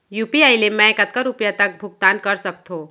UPI ले मैं कतका रुपिया तक भुगतान कर सकथों